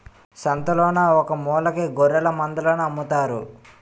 సంతలోన ఒకమూలకి గొఱ్ఱెలమందలను అమ్ముతారు